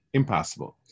impossible